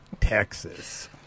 Texas